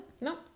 No